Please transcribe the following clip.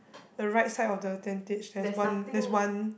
the right side of the tentage there's one there's one